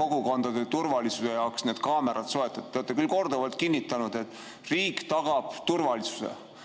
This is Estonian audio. kogukondade turvalisuse jaoks need kaamerad soetada. Te olete korduvalt kinnitanud, et riik tagab turvalisuse